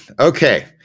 Okay